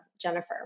Jennifer